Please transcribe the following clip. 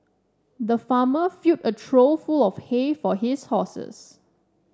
the farmer filled a trough full of hay for his horses